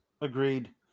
Agreed